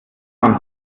man